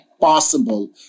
possible